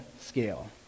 scale